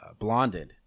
blonded